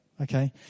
okay